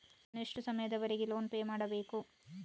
ನಾನು ಎಷ್ಟು ಸಮಯದವರೆಗೆ ಲೋನ್ ಪೇ ಮಾಡಬೇಕು?